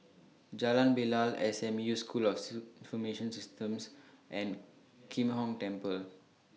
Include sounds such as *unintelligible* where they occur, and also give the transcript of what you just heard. Jalan Bilal S M U School of *unintelligible* Information Systems and Kim Hong Temple